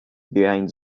behind